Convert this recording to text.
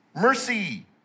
mercy